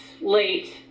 late